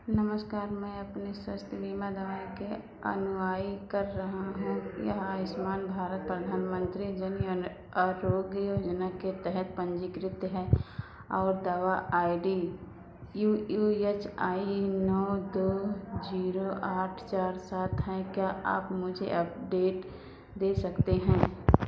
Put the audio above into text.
नमस्कार मैं अपने स्वास्थ्य बीमा दावे के अनुयायी कर रहा हूँ यह आयुष्मान भारत प्रधानमंत्री जन आरोग्य योजना के तहत पंजीकृत है और दावा आई डी यू यू यच आई नौ दो जीरो आठ चार सात है क्या आप मुझे अपडेट दे सकते हैं